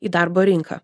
į darbo rinką